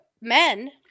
men